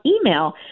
email